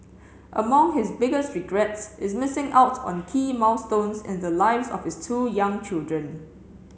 among his biggest regrets is missing out on key milestones in the lives of his two young children